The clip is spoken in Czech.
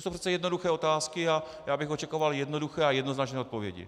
To jsou přece jednoduché otázky a já bych očekával jednoduché a jednoznačné odpovědi.